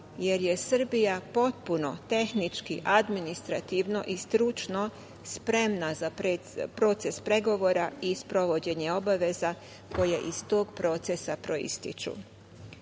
jer je Srbija potpuno tehnički, administrativno i stručno spremna za proces pregovora i sprovođenje obaveza koje iz tog procesa proističu. Svesni